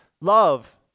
love